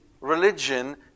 religion